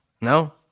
No